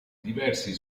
diversi